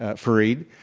ah fareed.